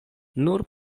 nur